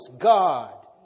God